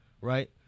right